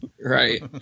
Right